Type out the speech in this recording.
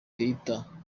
keita